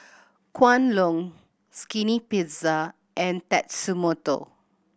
Kwan Loong Skinny Pizza and Tatsumoto